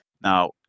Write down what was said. Now